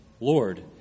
Lord